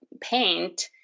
paint